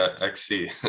XC